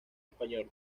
español